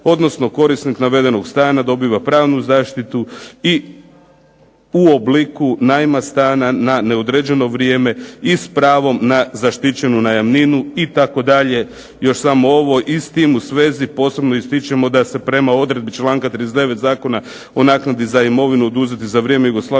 odnosno korisnik navedenog stana dobiva pravnu zaštitu i obliku najma stana na neodređeno vrijeme i s pravom na zaštićenu najamninu itd." Još samo ovo "i s tim u svezi posebno ističemo da se prema odredbi članka 39. Zakona o naknadi za imovinu oduzetu za vrijeme jugoslavenske